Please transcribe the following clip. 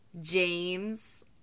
James